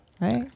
Right